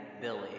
Billy